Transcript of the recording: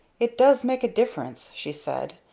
it does make a difference, she said.